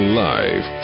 live